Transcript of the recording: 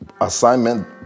assignment